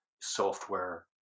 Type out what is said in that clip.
software